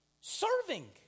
Serving